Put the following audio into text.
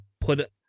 put